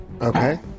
Okay